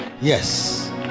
yes